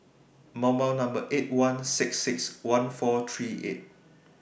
eight one six six one four three eight